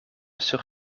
sur